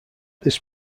this